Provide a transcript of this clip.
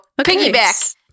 piggyback